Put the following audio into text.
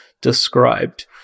described